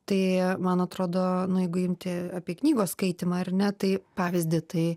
tai man atrodo nu jeigu imti apie knygos skaitymą ar ne tai pavyzdį tai